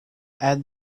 add